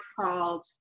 called